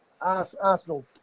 Arsenal